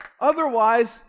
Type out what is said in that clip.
Otherwise